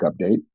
update